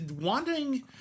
wanting